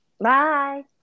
Bye